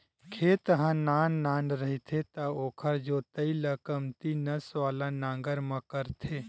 खेत ह नान नान रहिथे त ओखर जोतई ल कमती नस वाला नांगर म करथे